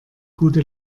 gute